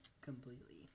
completely